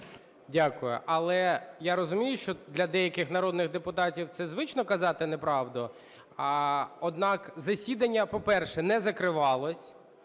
Дякую. Але, я розумію, що для деяких народних депутатів, це звично казати неправду. Однак засідання, по-перше, не закривалось.